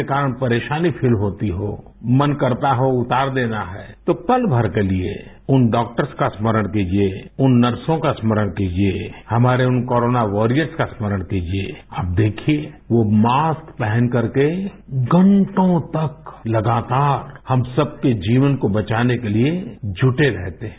के कारण परेशानी मिमस होती हो मन करता हो उतार देना है तो पल भर के लिए उन क्वबजवते का स्मरण कीजिये उन नर्सो का स्मरण कीजिये हमारे उन कोरोना वारियर्स का स्मरण कीजिये आप देखिये वो उो पहनकर के घंटो तक लगातार हम सबके जीवन को बचाने के लिए जुटे रहते हैं